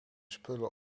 spullen